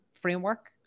framework